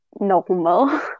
normal